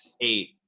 Eight